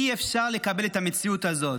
אי-אפשר לקבל את המציאות הזאת.